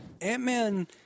Ant-Man